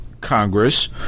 Congress